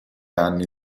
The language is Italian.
anni